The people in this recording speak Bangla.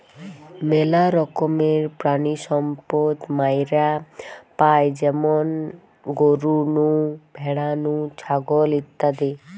মেলা রকমের প্রাণিসম্পদ মাইরা পাই যেমন গরু নু, ভ্যাড়া নু, ছাগল ইত্যাদি